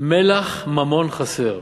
מלח ממון חסר.